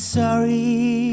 sorry